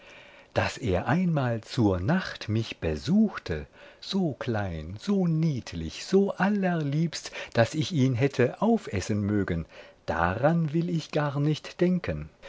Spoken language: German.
daß er einmal zur nacht mich besuchte so klein so niedlich so allerliebst daß ich ihn hätte aufessen mögen daran will ich gar nicht denken